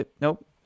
nope